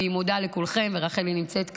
והיא מודה לכולכם, ורחלי נמצאת כאן.